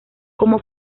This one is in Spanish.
como